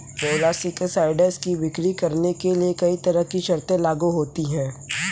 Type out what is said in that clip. molluscicides की बिक्री करने के लिए कहीं तरह की शर्तें लागू होती है